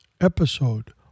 Episode